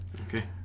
Okay